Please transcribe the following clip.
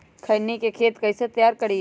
खैनी के खेत कइसे तैयार करिए?